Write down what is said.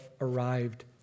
arrived